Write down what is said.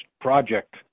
project